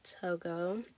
Togo